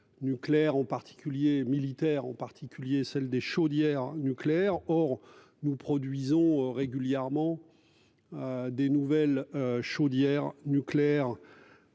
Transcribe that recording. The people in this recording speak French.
Nucléaire en particulier militaires en particulier celle des chaudières nucléaires. Or nous produisons régulièrement. Des nouvelles chaudières nucléaires.